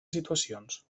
situacions